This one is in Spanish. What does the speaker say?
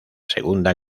segunda